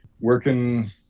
working